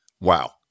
Wow